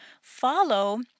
follow